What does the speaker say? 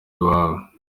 iwawe